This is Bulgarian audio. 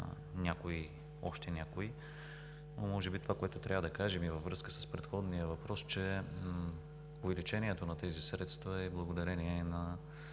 допълня още някои. Може би това, което трябва да кажем и във връзка с предходния въпрос, е, че увеличението на тези средства е благодарение на